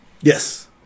Yes